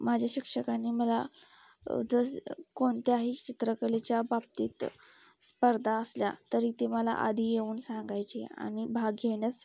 माझ्या शिक्षकांनी मला कोणत्याही चित्रकलेच्या बाबतीत स्पर्धा असल्या तरी ते मला आधी येऊन सांगायचे आणि भाग घेण्यास